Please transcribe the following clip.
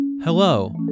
Hello